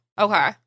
Okay